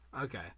Okay